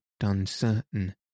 uncertain